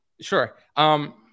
Sure